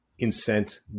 incent